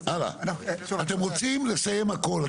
אתם רוצים לסיים הכול,